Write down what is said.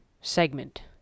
segment